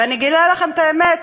ואני אגלה לכם את האמת,